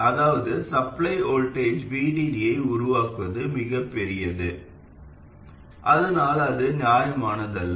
பெரியது அதாவது supply voltage VDD ஐ உருவாக்குவது மிகப் பெரியது அதனால் அது நியாயமானதல்ல